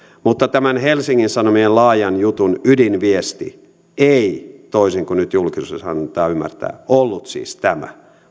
mutta tämän helsingin sanomien laajan jutun ydinviesti ei toisin kuin nyt julkisuudessa annetaan ymmärtää ollut siis tämä